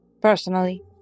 personally